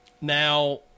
Now